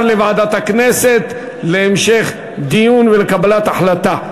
לוועדת הכנסת להמשך דיון ולקבלת החלטה.